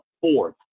fourth